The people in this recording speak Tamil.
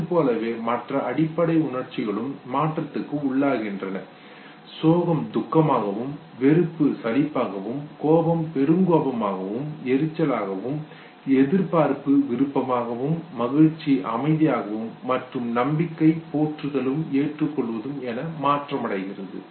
இதுபோலவே மற்ற அடிப்படை உணர்ச்சிகளும் மாற்றத்திற்கு உள்ளாகின்றன சோகம் துக்கமாகவும் வெறுப்பு சலிப்பாகவும் கோபம் பெருங்கோபமாகவும் எரிச்சலாகவும் எதிர்பார்ப்பு விருப்பமாகவும் மகிழ்ச்சி அமைதியாகவும் மற்றும் நம்பிக்கை போற்றுதலும் ஏற்றுக் கொள்வதும் என மாற்றமடைகிறது